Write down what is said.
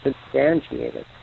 substantiated